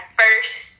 first